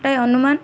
ପ୍ରାୟ ଅନୁମାନ